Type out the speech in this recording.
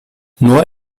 nur